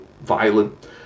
violent